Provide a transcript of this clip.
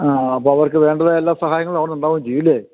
ആ അപ്പോൾ അവര്ക്ക് വേണ്ടതായ എല്ലാ സഹായങ്ങളും അവിടന്ന് ഉണ്ടാവുകയും ചെയ്യും ഇല്ലേ